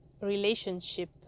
relationship